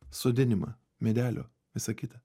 sodinimą medelių visa kita